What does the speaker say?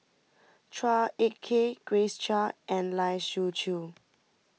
Chua Ek Kay Grace Chia and Lai Siu Chiu